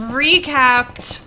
recapped